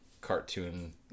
cartoon